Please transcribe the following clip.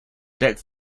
deck